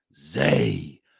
Zay